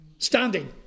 Standing